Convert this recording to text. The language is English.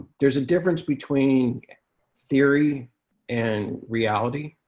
there's a difference between theory and reality.